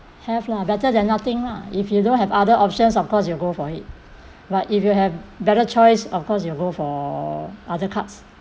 have lah better than nothing lah if you don't have other options of course you go for it but if you have better choice of course you go for other cards